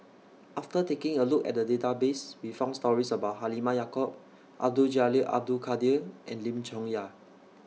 after taking A Look At The Database We found stories about Halimah Yacob Abdul Jalil Abdul Kadir and Lim Chong Yah